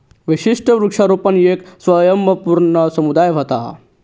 विशिष्ट वृक्षारोपण येक स्वयंपूर्ण समुदाय व्हता